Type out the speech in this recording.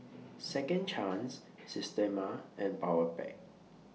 Second Chance Systema and Powerpac